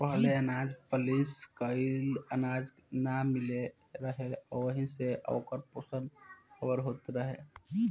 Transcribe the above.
पहिले अनाज पॉलिश कइल अनाज ना मिलत रहे ओहि से ओकर पोषण ना खराब होत रहे